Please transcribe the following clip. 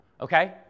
okay